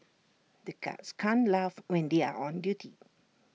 the guards can't laugh when they are on duty